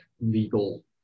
legal